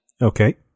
Okay